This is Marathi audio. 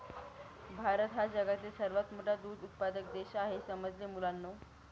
भारत हा जगातील सर्वात मोठा दूध उत्पादक देश आहे समजले मुलांनो